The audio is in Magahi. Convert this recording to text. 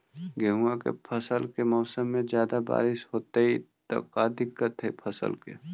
गेहुआ के फसल के मौसम में ज्यादा बारिश होतई त का दिक्कत हैं फसल के?